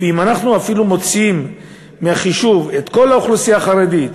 ואם אנחנו אפילו מוציאים מהחישוב את כל האוכלוסייה החרדית